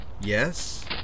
yes